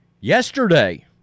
yesterday